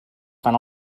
fan